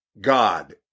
God